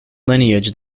lineage